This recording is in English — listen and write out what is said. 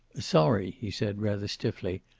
sorry, he said, rather stiffly.